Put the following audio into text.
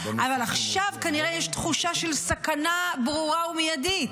אבל עכשיו כנראה יש תחושה שהיא סכנה ברורה ומיידית,